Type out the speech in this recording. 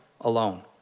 alone